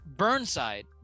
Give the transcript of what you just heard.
Burnside